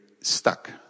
stuck